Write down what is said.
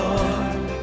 Lord